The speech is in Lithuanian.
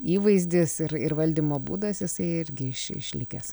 įvaizdis ir ir valdymo būdas jisai irgi iš išlikęs